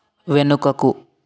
వెనుకకు